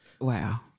Wow